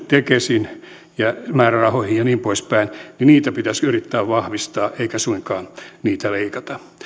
tekesin määrärahoihin ja niin poispäin pitäisi yrittää vahvistaa eikä suinkaan leikata